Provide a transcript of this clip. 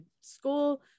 school